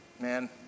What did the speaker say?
Man